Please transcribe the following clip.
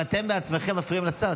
אתם בעצמכם מפריעים לשר.